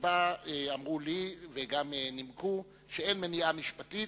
ואמרו לי וגם נימקו שאין מניעה משפטית,